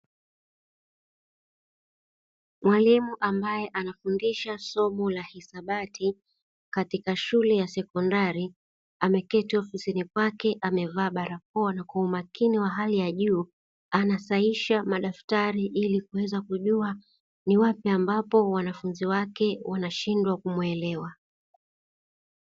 Mwalimu ambaye anafundisha somo la hisabati katika shule ya sekondari, ameketi ofisini kwake amevaa barakoa na kwa umakini wa hali ya juu anasahihisha madaftari ili kuweza kujua ni wapi ambapo wanafunzi wake wanashindwa kumuelewa.